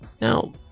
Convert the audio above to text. Now